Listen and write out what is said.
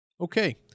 Okay